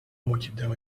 multidão